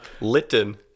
Litten